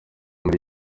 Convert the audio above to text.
muri